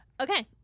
Okay